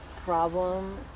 problem